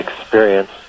experience